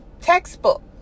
textbook